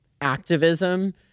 activism